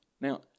Now